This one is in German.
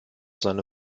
seine